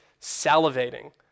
salivating